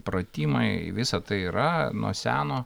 pratimai visa tai yra nuo seno